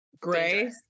gray